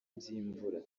by’imvura